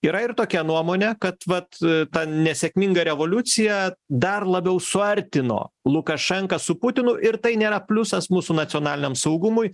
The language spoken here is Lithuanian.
yra ir tokia nuomonė kad vat ta nesėkminga revoliucija dar labiau suartino lukašenką su putinu ir tai nėra pliusas mūsų nacionaliniam saugumui